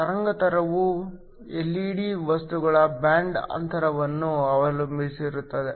ತರಂಗಾಂತರವು ಎಲ್ಇಡಿ ವಸ್ತುಗಳ ಬ್ಯಾಂಡ್ ಅಂತರವನ್ನು ಅವಲಂಬಿಸಿರುತ್ತದೆ